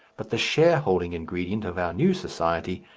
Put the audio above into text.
but the shareholding ingredient of our new society,